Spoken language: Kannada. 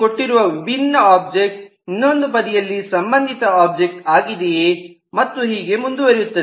ಇಲ್ಲಿ ಕೊಟ್ಟಿರುವ ಒಬ್ಜೆಕ್ಟ್ ಇನ್ನೊಂದು ಬದಿಯಲ್ಲಿ ಸಂಬಂಧಿತ ಒಬ್ಜೆಕ್ಟ್ ಆಗಿದೆಯೇ ಮತ್ತು ಹೀಗೆ ಮುಂದುವರೆಯುತ್ತದೆಯೇ